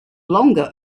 longer